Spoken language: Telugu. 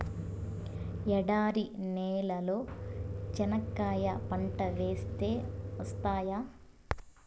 ఎడారి నేలలో చెనక్కాయ పంట వేస్తే వస్తాయా?